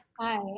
Hi